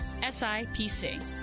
SIPC